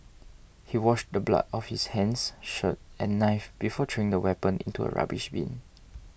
he washed the blood off his hands shirt and knife before throwing the weapon into a rubbish bin